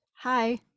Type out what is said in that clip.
hi